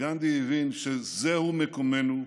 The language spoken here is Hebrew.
גנדי הבין שזהו מקומנו,